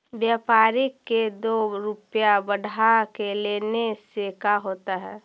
व्यापारिक के दो रूपया बढ़ा के लेने से का होता है?